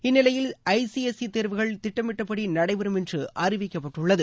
இந்நிலையில் ஐசிஎஸ்இ தேர்வுகள் திட்டமிட்டபடிநடைபெறும் என்றுஅறிவிக்கப்பட்டுள்ளது